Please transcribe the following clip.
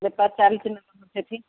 ବେପାର ଚାଲିଛି ନା ସେଇଠି